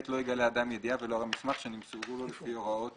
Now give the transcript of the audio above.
לא יגלה אדם ידיעה ולא יראה מסמך שנמסרו לו לפי הוראות